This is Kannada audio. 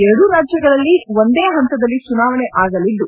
ಎರಡೂ ರಾಜ್ಲಗಳಲ್ಲಿ ಒಂದೇ ಹಂತದಲ್ಲಿ ಚುನಾವಣೆ ಆಗಲಿದ್ದು